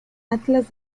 atlas